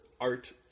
art